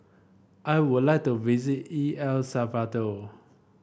I would like to visit E L Salvador